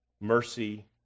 mercy